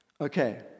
Okay